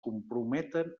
comprometen